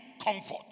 comfort